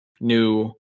new